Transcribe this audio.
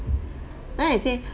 then I say